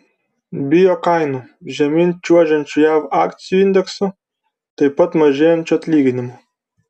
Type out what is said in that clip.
bijo kainų žemyn čiuožiančių jav akcijų indeksų taip pat mažėjančių atlyginimų